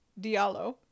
Diallo